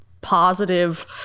positive